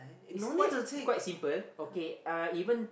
is quite quite simple okay uh even